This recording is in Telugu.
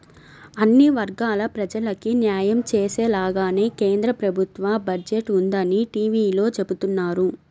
అన్ని వర్గాల ప్రజలకీ న్యాయం చేసేలాగానే కేంద్ర ప్రభుత్వ బడ్జెట్ ఉందని టీవీలో చెబుతున్నారు